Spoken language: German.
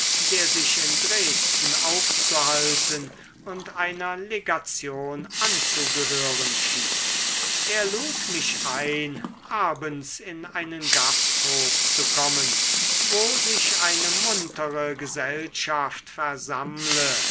der sich in dresden aufzuhalten und einer legation anzugehören schien er lud mich ein abends in einen gasthof zu kommen wo sich eine muntere gesellschaft versammle